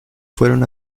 fueron